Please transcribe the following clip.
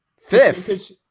fifth